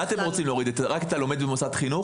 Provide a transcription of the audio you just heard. אנו רוצים להוריד את "כותלי בית הספר".